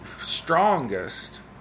strongest